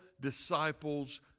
disciples